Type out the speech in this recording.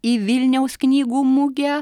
į vilniaus knygų mugę